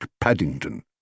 Paddington